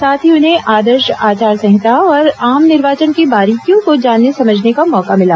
साथ ही उन्हें आदर्श आचार संहिता और आम निर्वाचन की बारीकियों को जानने समझने का मौका मिला